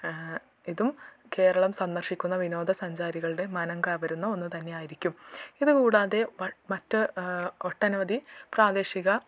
ഇതും കേരളം സന്ദർശിക്കുന്ന വിനോദ സഞ്ചാരികളുടെ മനം കവരുന്ന ഒന്ന് തന്നെ ആയിരിക്കും ഇത് കൂടാതെ മറ്റ് ഒട്ടനവധി പ്രാദേശിക